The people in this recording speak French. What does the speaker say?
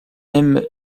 même